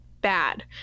bad